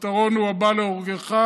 הפתרון הוא הבא להורגך,